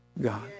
God